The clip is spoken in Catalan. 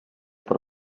per